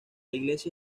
iglesia